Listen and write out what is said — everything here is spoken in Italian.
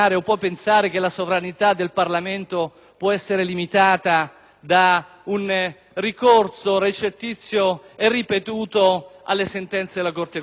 da un ricorso recettizio e ripetuto alle sentenze della Corte costituzionale? Io credo che noi abbiamo il dovere di fare delle buone leggi,